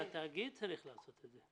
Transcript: זה התאגיד צריך לעשות את זה.